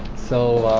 so